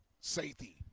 safety